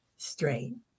strain